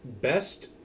Best